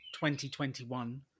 2021